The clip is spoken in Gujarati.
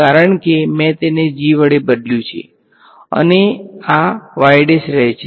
કારણ કે મેં તેને g વડે બદલ્યું છે અને આ રહેશે